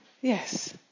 yes